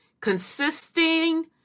consisting